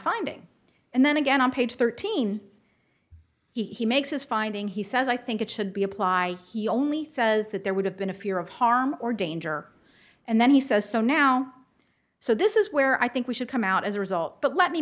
finding and then again on page thirteen he makes his finding he says i think it should be apply he only says that there would have been a fear of harm or danger and then he says so now so this is where i think we should come out as a result but let me